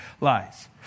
lies